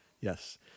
Yes